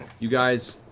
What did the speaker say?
you guys